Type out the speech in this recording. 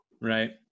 Right